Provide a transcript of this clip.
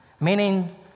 meaning